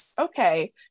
okay